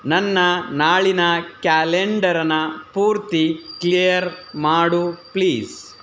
ನನ್ನ ನಾಳಿನ ಕ್ಯಾಲೆಂಡರನ ಪೂರ್ತಿ ಕ್ಲಿಯರ್ ಮಾಡು ಪ್ಲೀಸ್